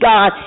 God